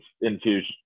infusion